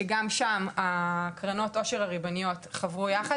שגם שם קרנות העושר הריבוניות חברו יחד,